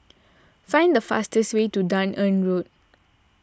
find the fastest way to Dunearn Road